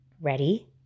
ready